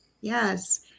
Yes